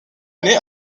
année